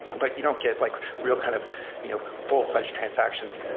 but you don't get like real kind of you know full fledged transactions.